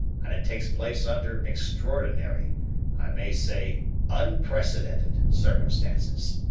and it takes place under extraordinary i may say unprecedented circumstances.